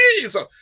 Jesus